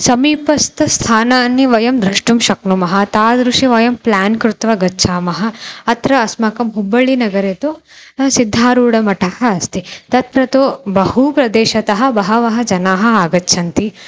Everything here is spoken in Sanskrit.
समीपस्थं स्थानानि वयं द्रष्टुं शक्नुमः तादृशिं वयं प्लान् कृत्वा गच्छामः अत्र अस्माकं हुब्बळिनगरे तु सिद्धारूढमठः अस्ति तत्र तु बहु प्रदेशतः बहवः जनाः आगच्छन्ति